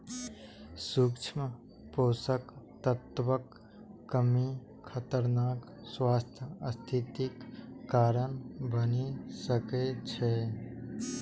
सूक्ष्म पोषक तत्वक कमी खतरनाक स्वास्थ्य स्थितिक कारण बनि सकै छै